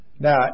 Now